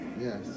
Yes